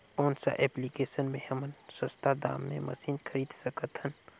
कौन सा एप्लिकेशन मे हमन सस्ता दाम मे मशीन खरीद सकत हन?